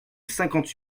cinquante